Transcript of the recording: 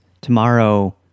tomorrow